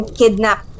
kidnap